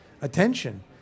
attention